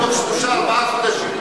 בתוך שלושה-ארבעה חודשים,